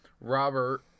Robert